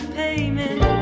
payment